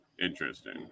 Interesting